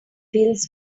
feels